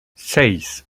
seis